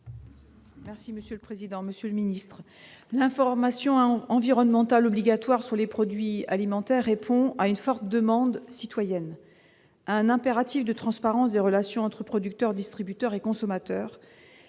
: La parole est à Mme Angèle Préville. L'information environnementale obligatoire sur les produits alimentaires répond à une forte demande citoyenne, à un impératif de transparence des relations entre producteurs, distributeurs et consommateurs,